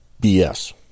BS